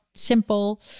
simple